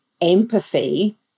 empathy